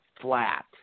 flat